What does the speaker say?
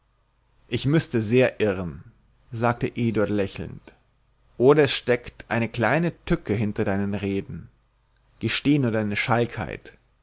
ich müßte sehr irren sagte eduard lächelnd oder es steckt eine kleine tücke hinter deinen reden gesteh nur deine schalkheit